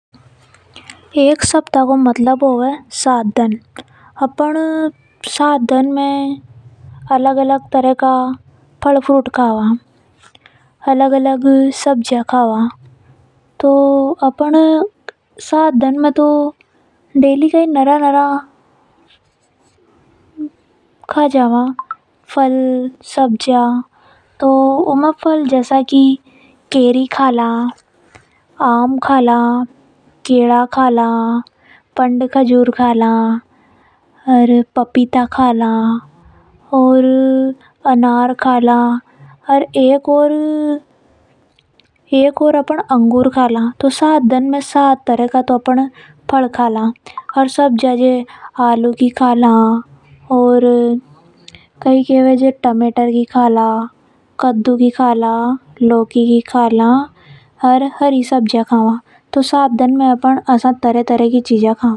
एक सफ्ताह को मतलब होवे सात दिन। अपन सात दिन में अलग अलग तरह का फल फ्रूट कावा, अलग अलग सब्जियां कावा, डेली का नरा सारा फल सब्जियां का जावा। जसा की फल में केरी, आम अंगूर, केला खाला। पपीता खाला तो अपन सात दिन में सात तरह का फल तो खा ही लआ। ओर सब्जियां में जसा आलू की टमाटर की कद्दू की आदि प्रकार की सब्जियां खाला। तो सात दिन में नरी तरह की चीजा खा ला।